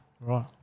Right